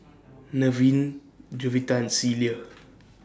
Nevin Jovita and Celia